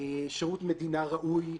שירות מדינה ראוי.